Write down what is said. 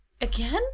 again